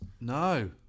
no